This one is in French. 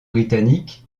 britannique